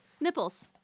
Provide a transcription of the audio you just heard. nipples